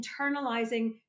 internalizing